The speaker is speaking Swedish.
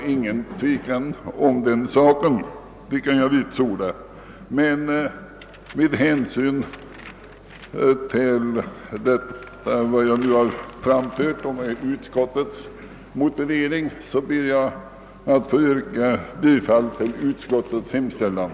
Med det sagda och under åberopande av utskottets motivering ber jag få yrka bifall till utskottets hemställan.